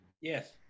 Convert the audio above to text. Yes